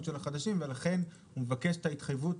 של החדשים ולכן הוא מבקש את ההתחייבות